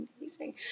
amazing